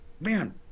man